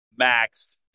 maxed